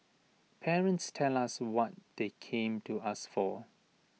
parents tell us what they came to us for